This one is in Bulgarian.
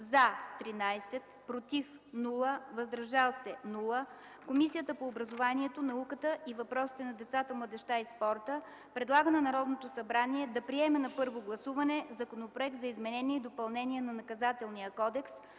– 13, без „против” и „въздържали се”, Комисията по образованието, науката и въпросите на децата, младежта и спорта предлага на Народното събрание да приеме на първо гласуване Законопроект за изменение и допълнение на Наказателния кодекс,